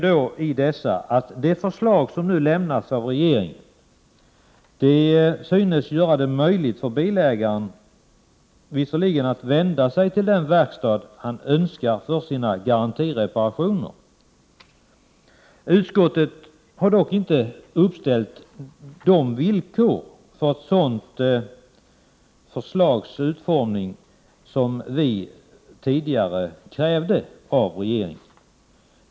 Det förslag som nu lämnats av regeringen synes göra det möjligt för bilägaren att vända sig till den verkstad han önskar för sina garantireparationer. Utskottet har dock inte uppställt de villkor för ett sådant förslags utformning som vi tidigare krävde av regeringen.